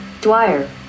Dwyer